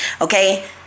okay